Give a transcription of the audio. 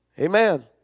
Amen